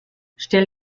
stell